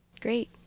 Great